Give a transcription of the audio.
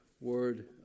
word